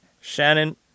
shannon